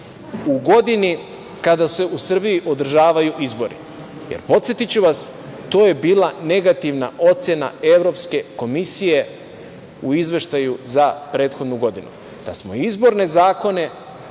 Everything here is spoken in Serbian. u godini kada se u Srbiji održavaju izbori. Podsetiću vas, to je bila negativna ocena Evropske komisije u izveštaju za prethodnu godinu i da smo izborne zakone